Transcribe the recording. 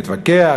נתווכח,